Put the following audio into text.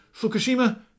Fukushima